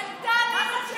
מה זה, סתימת הפיות?